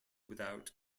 without